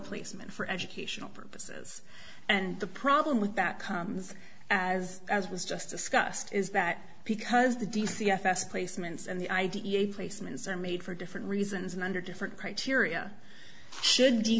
placement for educational purposes and the problem with that comes as as was just discussed is that because the d c fs placements and the i d e a placements are made for different reasons and under different criteria should